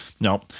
No